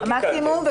המקסימום.